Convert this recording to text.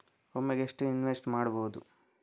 ಒಮ್ಮೆಗೆ ಎಷ್ಟು ಇನ್ವೆಸ್ಟ್ ಮಾಡ್ಬೊದು?